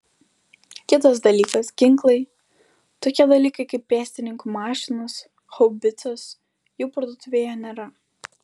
kitas dalykas ginklai tokie dalykai kaip pėstininkų mašinos haubicos jų parduotuvėje nėra